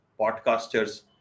podcasters